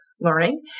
learning